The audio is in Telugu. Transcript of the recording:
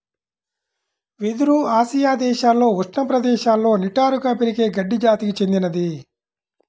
వెదురు ఆసియా దేశాలలో ఉష్ణ ప్రదేశాలలో నిటారుగా పెరిగే గడ్డి జాతికి చెందినది